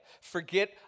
Forget